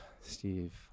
Steve